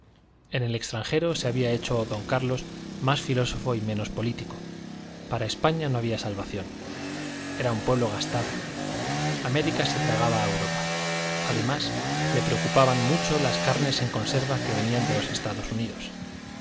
en el extranjero se había hecho don carlos más filósofo y menos político para españa no había salvación era un pueblo gastado américa se tragaba a europa además le preocupaban mucho las carnes en conserva que venían de los estados unidos